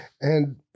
And-